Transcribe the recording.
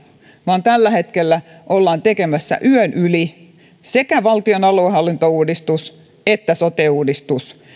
vaan tällä hetkellä ollaan tekemässä yön yli sekä valtion aluehallintouudistus että sote uudistus